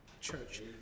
church